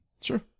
Sure